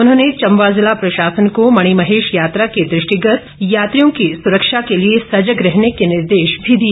उन्होंने चम्बा जिला प्रशासन को मणिमहेश यात्रा के दृष्टिगत यात्रियों की सुरक्षा के लिए सजग रहने के निर्देश भी दिए